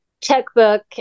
checkbook